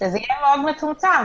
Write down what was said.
שזה יהיה מאוד מצומצם.